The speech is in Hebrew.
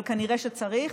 אבל כנראה שצריך,